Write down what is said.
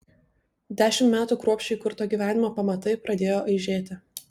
dešimt metų kruopščiai kurto gyvenimo pamatai pradėjo aižėti